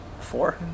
four